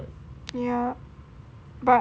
yup but